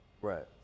Right